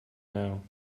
now